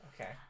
Okay